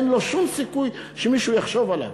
אין לו שום סיכוי שמישהו יחשוב עליו.